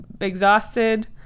exhausted